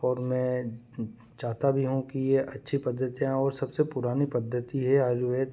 और मैं चाहता भी हूँ कि यह अच्छी पद्धतियाँ और सबसे पुरानी पद्धति है आयुर्वेद